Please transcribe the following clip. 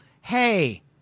Hey